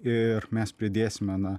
ir mes pridėsime na